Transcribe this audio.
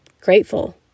grateful